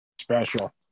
Special